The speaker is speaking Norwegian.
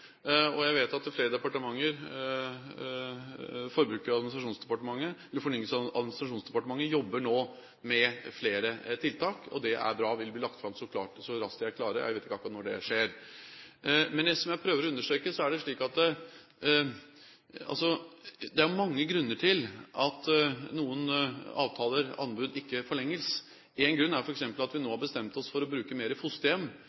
Jeg vet at flere departementer, bl.a. Fornyings-, administrasjons- og kirkedepartementet, nå jobber med flere tiltak, og det er bra. De vil bli lagt fram så raskt de er klare, jeg vet ikke akkurat når det skjer. Det jeg prøver å understreke, er at det er mange grunner til at noen avtaler, anbud, ikke forlenges. En grunn er f.eks. at vi nå har bestemt oss for å bruke mer fosterhjem.